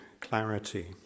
clarity